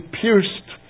pierced